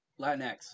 Latinx